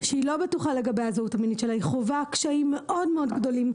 שלא בטוחה לגבי הזהות המינית שלה והיא חווה קשיים מאוד מאוד גדולים,